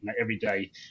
everyday